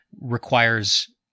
requires